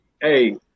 hey